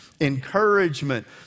encouragement